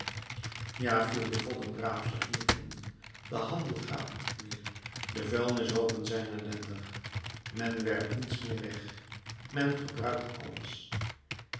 ja viel de voddenraapster hier in de handel gaat niet meer de vuilnishoopen zijn ellendig men werpt niets meer weg men gebruikt alles